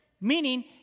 meaning